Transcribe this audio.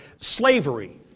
Slavery